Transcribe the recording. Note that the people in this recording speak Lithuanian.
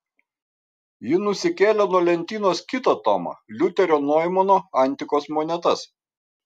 ji nusikėlė nuo lentynos kitą tomą liuterio noimano antikos monetas